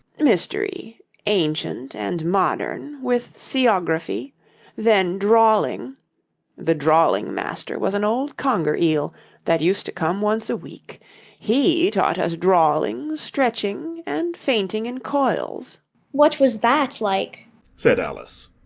mystery, ancient and modern, with seaography then drawling the drawling-master was an old conger-eel, that used to come once a week he taught us drawling, stretching, and fainting in coils what was that like said alice.